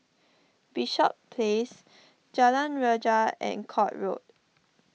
Bishops Place Jalan Rajah and Court Road